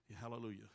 hallelujah